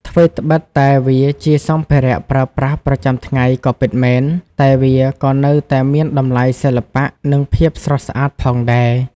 ថ្វីត្បិតតែវាជាសម្ភារៈប្រើប្រាស់ប្រចាំថ្ងៃក៏ពិតមែន តែវាក៏នៅតែមានតម្លៃសិល្បៈនិងភាពស្រស់ស្អាតផងដែរ។